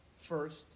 first